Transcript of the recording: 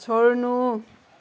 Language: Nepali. छोड्नु